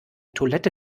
toilette